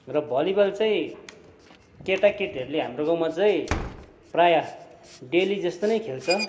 र भलिबल चाहिँ केटाकेटीहरूले हाम्रो गाउँमा चाहिँ प्रायः डेली जस्तो नै खेल्छ